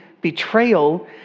betrayal